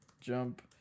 jump